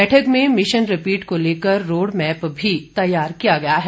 बैठक में mission repeat को लेकर रोड़ मैप भी तैयार किया गया है